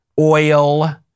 oil